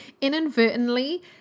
inadvertently